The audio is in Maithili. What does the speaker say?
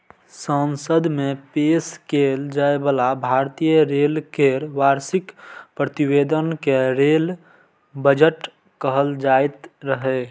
संसद मे पेश कैल जाइ बला भारतीय रेल केर वार्षिक प्रतिवेदन कें रेल बजट कहल जाइत रहै